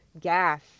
gas